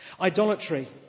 Idolatry